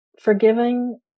Forgiving